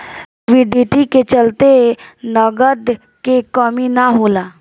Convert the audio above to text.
liquidity के चलते नगद के कमी ना होला